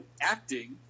acting